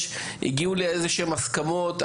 הגיעו להסכמות כלשהן,